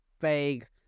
vague